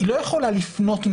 היא לא יכולה לפנות מראש.